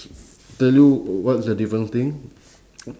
tell you what's the difference thing